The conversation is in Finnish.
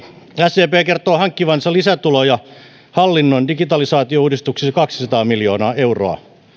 sdp kertoo hankkivansa lisätuloja hallinnon digitalisaatiouudistuksella kaksisataa miljoonaa euroa